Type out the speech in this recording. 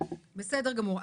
בסדר גמור.